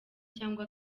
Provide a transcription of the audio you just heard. cyangwa